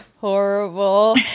Horrible